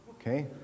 okay